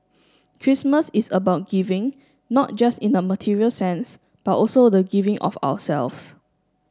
Christmas is about giving not just in a material sense but also the giving of ourselves